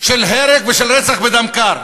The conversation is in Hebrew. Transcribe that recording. של הרג ושל רצח בדם קר.